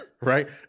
Right